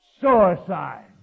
suicide